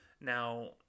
Now